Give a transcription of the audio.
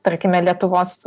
tarkime lietuvos